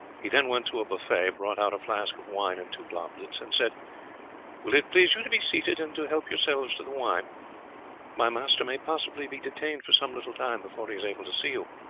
he then went to a buffet, brought out a flask of wine and two goblets, and said will it please you to be seated and to help yourselves to the wine my master may possibly be detained for some little time before he is able to see you.